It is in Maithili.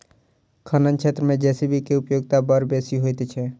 खनन क्षेत्र मे जे.सी.बी के उपयोगिता बड़ बेसी होइत छै